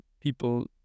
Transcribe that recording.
people